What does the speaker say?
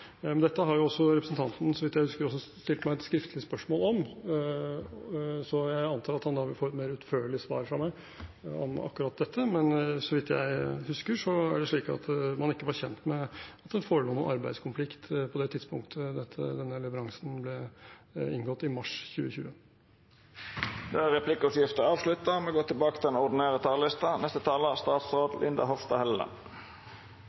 Men dette har representanten, så vidt jeg husker, også stilt meg et skriftlig spørsmål om, så jeg antar at han da vil få et mer utførlig svar fra meg om akkurat dette. Men så vidt jeg husker, er det slik at man ikke var kjent med at det forelå noen arbeidskonflikt på det tidspunktet avtalen om denne leveransen ble inngått, i mars 2020. Då er replikkordskiftet avslutta. Regjeringen ønsker levende lokalsamfunn og vekst i hele landet. Vi